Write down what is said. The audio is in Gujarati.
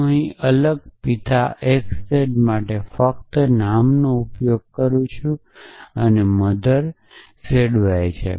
હું અહીં અલગ પિતા x z માટે ફક્ત અલગ નામનો ઉપયોગ કરી રહ્યો છું અને મધર z y છે